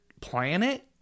planet